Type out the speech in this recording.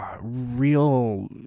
real